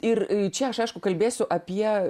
ir čia aš aišku kalbėsiu apie